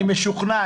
אני משוכנע,